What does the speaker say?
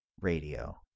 radio